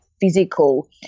physical